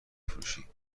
فروشی